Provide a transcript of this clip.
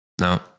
no